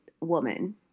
woman